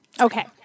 Okay